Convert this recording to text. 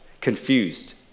confused